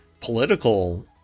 political